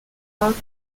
marked